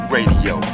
Radio